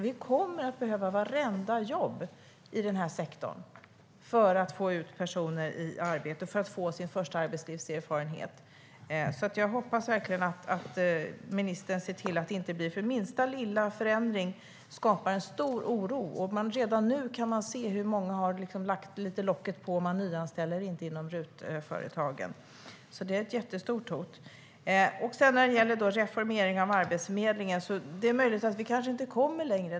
Vi kommer att behöva vartenda jobb i den sektorn för att få ut personer i arbete, för att de ska få sin första arbetslivserfarenhet. Jag hoppas att ministern ser till att det inte blir förändringar, för minsta lilla förändring skapar stor oro. Redan nu kan vi se hur många lite grann lagt locket på. Man nyanställer inte inom RUT-företagen. Det är ett jättestort hot. Vad gäller reformering av Arbetsförmedlingen är det möjligt att vi inte kommer längre.